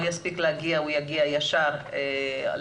אם הוא יספיק להגיע הוא יגיע ישר לדיון,